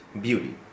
beauty